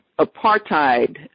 apartheid